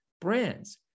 brands